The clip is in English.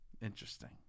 Interesting